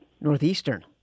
Northeastern